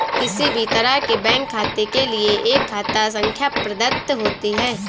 किसी भी तरह के बैंक खाते के लिये एक खाता संख्या प्रदत्त होती है